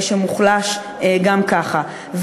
שהוא מוחלש גם ככה.